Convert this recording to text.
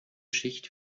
schicht